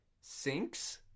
Sinks